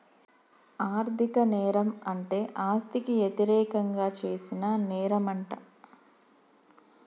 ఆర్ధిక నేరం అంటే ఆస్తికి యతిరేకంగా చేసిన నేరంమంట